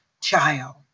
child